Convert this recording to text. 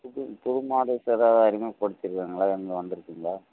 புது புது மாடல்ஸ் ஏதாவது அறிமுகப்படுத்தியிருக்காங்களா எங்கே வந்துருக்குதுங்களா